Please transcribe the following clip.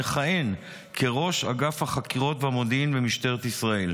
המכהן כראש אגף החקירות והמודיעין במשטרת ישראל.